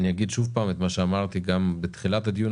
אני אומר שוב את מה שאמרתי בתחילת הדיון